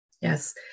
Yes